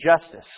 justice